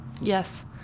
Yes